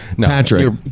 Patrick